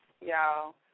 y'all